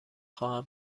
خواهم